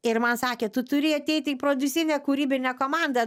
ir man sakė tu turi ateiti į prodiusinę kūrybinę komandą